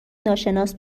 ناشناس